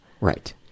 Right